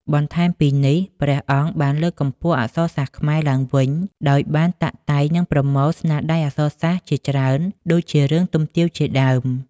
បន្ថែមពីនេះ ព្រះអង្គបានលើកកម្ពស់អក្សរសាស្ត្រខ្មែរឡើងវិញ ដោយបានតាក់តែងនិងប្រមូលស្នាដៃអក្សរសាស្ត្រជាច្រើន ដូចជារឿង "ទុំទាវ" ជាដើម។